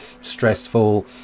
stressful